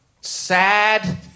sad